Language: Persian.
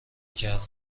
کردم